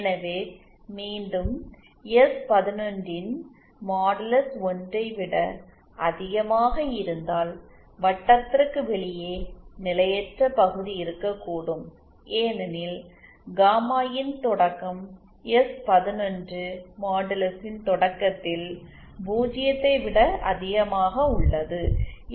எனவே மீண்டும் எஸ்11 ன் மாடுலஸ் 1 ஐ விட அதிகமாக இருந்தால் வட்டத்திற்கு வெளியே நிலையற்ற பகுதி இருக்கக்கூடும் ஏனெனில் காமா இன் தொடக்கம் எஸ்11 மாடுலஸின் தொடக்கத்தில் பூஜ்ஜியத்தை விட அதிகமாக உள்ளது